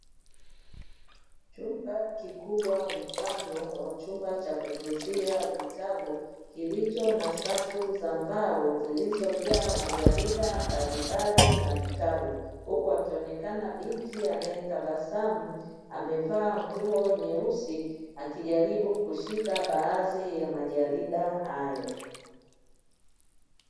Chumba kikubwa mfano wa chumba cha kutunzia vitabu kilicho na safu za mbao zilizojaa majarida mbalimbali na vitabu, huku alionekana binti anayetabasamu amevaa nguo nyeusi akijaribu kusHika baadhi ya majarida hayo.